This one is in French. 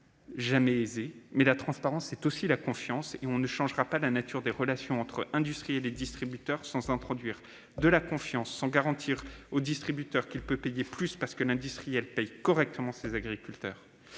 jamais aisé. Mais c'est aussi un gage de confiance. Or, on ne changera pas la nature des relations entre industriels et distributeurs sans introduire de la confiance, sans garantir aux distributeurs qu'ils peuvent payer plus, parce que les industriels paient correctement les agriculteurs.